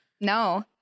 No